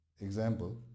example